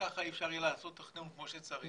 וכך אי אפשר יהיה לעשות תכנון כמו שצריך.